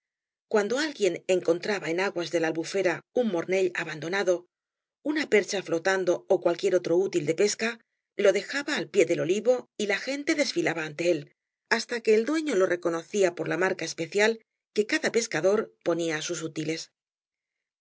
cuando alguien encontraba en aguas de la albufera un mornell abandonado una percha flotando ó cualquier otro útil de pesca lo dejaba al pie del olivo y la gente desñlaba ante él hasta q le el dueño lo reconocía por la marca especial que cada pesca dor ponía á sus útiles